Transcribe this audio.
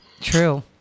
true